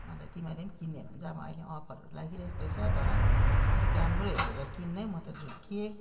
अन्त तिमीहरूले किन्ने भने चाहिँ अब अहिले अफरहरू लागि रहेको रहेछ तर अलिक राम्रो हेरेर किन्नु है म त झुक्किए